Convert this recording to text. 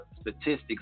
statistics